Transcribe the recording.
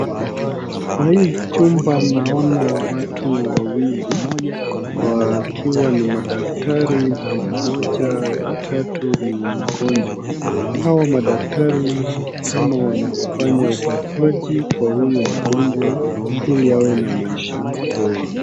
Kwenye chumba naona watu wawili wakiwa ni madaktari na moja na tatu ni mgonjwa. Hawa madaktari ni kama wanafanya upasuaji kwa huyu mgonjwa ili awe na maisha poa.